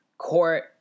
court